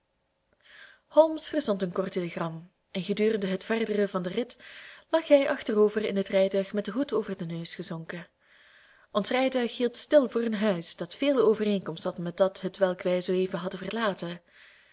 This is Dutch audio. holmes verzond een kort telegram en gedurende het verdere van den rit lag hij achterover in het rijtuig met den hoed over den neus gezonken ons rijtuig hield stil voor een huis dat veel overeenkomst had met dat hetwelk wij zooeven hadden verlaten